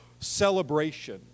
celebration